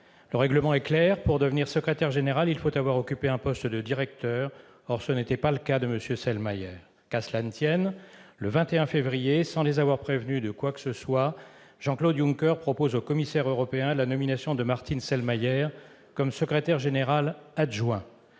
Le règlement est clair : pour devenir secrétaire général, il faut avoir occupé un poste de directeur. Or tel n'était pas le cas de M. Selmayr. Qu'à cela ne tienne ! Le 21 février dernier, sans les avoir prévenus de quoi que ce soit, Jean-Claude Juncker propose aux commissaires européens la nomination de Martin Selmayr au poste de secrétaire général adjoint.